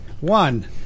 One